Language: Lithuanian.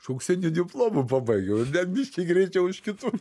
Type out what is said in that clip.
aš auksiniu diplomu pabaigiau ir net biškį greičiau už kitus